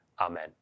Amen